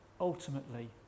ultimately